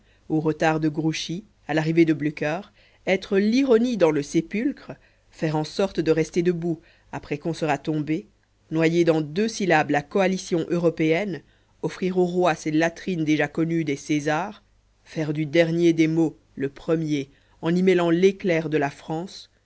au retard de grouchy à l'arrivée de blücher être l'ironie dans le sépulcre faire en sorte de rester debout après qu'on sera tombé noyer dans deux syllabes la coalition européenne offrir aux rois ces latrines déjà connues des césars faire du dernier des mots le premier en y mêlant l'éclair de la france